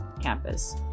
campus